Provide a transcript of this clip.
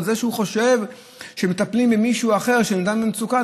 או שהוא חושב שמטפלים במישהו אחר כשהוא במצוקה,